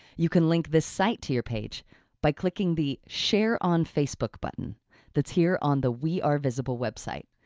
you can link this site to your page by clicking the, share on facebook, button that's here on the we are visible website.